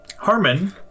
Harmon